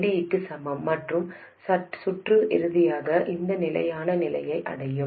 ஐடிக்கு சமம் மற்றும் சுற்று இறுதியாக அந்த நிலையான நிலையை அடையும்